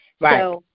Right